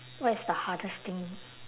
what is the hardest thing